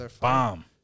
Bomb